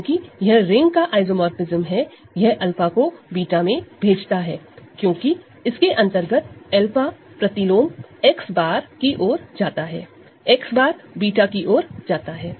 क्योंकि यह रिंग का आइसोमोरफ़िज्म हैयह 𝛂 को β में भेजता है क्योंकि इसके अंतर्गत 𝛂 प्रतिलोम X बार की ओर जाता है X बार β की ओर जाता है